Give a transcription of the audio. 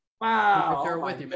wow